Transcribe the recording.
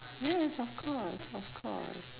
yes of course of course